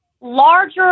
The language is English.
larger